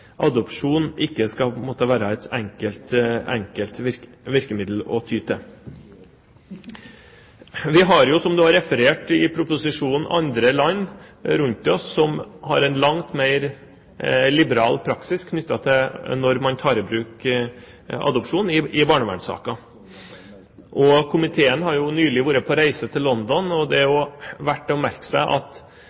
proposisjonen, andre land rundt oss som har en langt mer liberal praksis for når man skal ta i bruk adopsjon i barnevernssaker. Komiteen har nylig vært på reise til London. Det er verdt å merke seg at